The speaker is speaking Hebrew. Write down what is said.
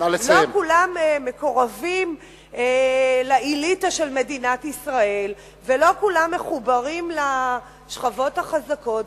לא כולם מקורבים לאליטה של מדינת ישראל ולא כולם מחוברים לשכבות החזקות,